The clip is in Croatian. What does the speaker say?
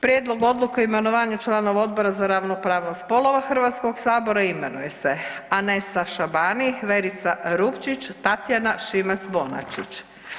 Prijedlog odluke o imenova članova Odbora za ravnopravnost spolova Hrvatskog sabora imenuje se Anesa Šabani, Verica Rupčić, Tatjana Šimac Bonačić.